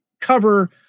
cover